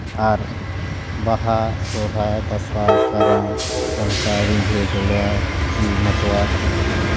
ᱟᱨ ᱵᱟᱦᱟ ᱥᱚᱨᱦᱟᱭ ᱫᱟᱸᱥᱟᱭ ᱠᱟᱨᱟᱢ ᱰᱟᱱᱴᱟ ᱨᱤᱡᱷᱟᱹ ᱜᱚᱞᱣᱟᱨᱤ ᱢᱟᱛᱣᱟᱨ